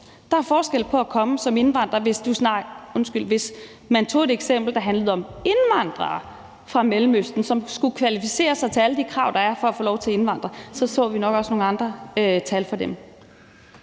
for dem, og de kommer som indvandrere. Hvis man tog et eksempel, der handlede om indvandrere fra Mellemøsten, som skulle kvalificere sig i forhold til alle de krav, der er for at få lov til at indvandre, så vi nok også nogle andre tal for dem.